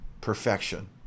perfection